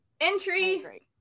Entry